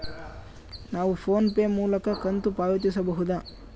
ನಾವು PhonePe ಮೂಲಕ ಕಂತು ಪಾವತಿಸಬಹುದಾ?